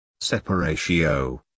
Separatio